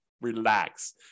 relax